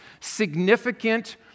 significant